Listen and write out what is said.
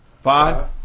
Five